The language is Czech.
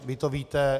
Vy to víte.